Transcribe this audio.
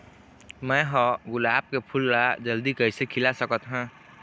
मैं ह गुलाब के फूल ला जल्दी कइसे खिला सकथ हा?